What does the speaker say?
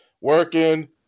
working